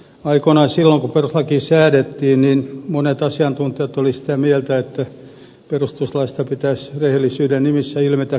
aikoinaan silloin kun perustuslaki säädettiin monet asiantuntijat olivat sitä mieltä että perustuslaista pitäisi rehellisyyden nimissä ilmetä kaikki